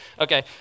okay